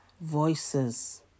Voices